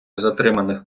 затриманих